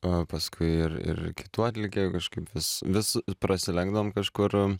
o paskui ir ir kitų atlikėjų kažkaip vis vis prasilenkdavom kažkur